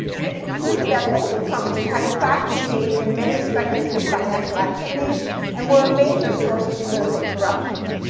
they concluded that holding companies had, in fact, been engaged in many speculative financial activities and were a major source of political corruption.